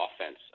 offense